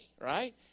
right